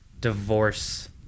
divorce